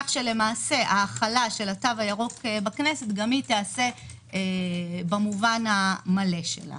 כך שלמעשה ההחלה של התו הירוק בכנסת גם היא תיעשה במובנה המלא.